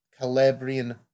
Calabrian